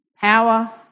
power